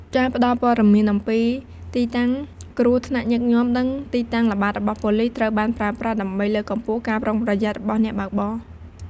ការផ្ដល់ព័ត៌មានអំពីទីតាំងគ្រោះថ្នាក់ញឹកញាប់ និងទីតាំងល្បាតរបស់ប៉ូលិស ត្រូវបានប្រើប្រាស់ ដើម្បីលើកកម្ពស់ការប្រុងប្រយ័ត្នរបស់អ្នកបើកបរ។